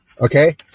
Okay